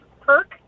Perk